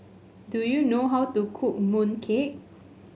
do you know how to cook mooncake